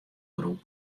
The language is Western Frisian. groep